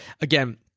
again